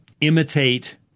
imitate